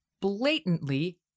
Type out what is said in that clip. blatantly